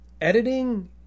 Editing